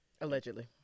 allegedly